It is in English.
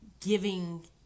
giving